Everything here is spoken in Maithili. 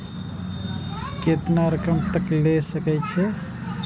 केतना रकम तक ले सके छै?